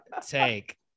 take